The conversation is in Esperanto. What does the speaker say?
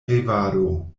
revado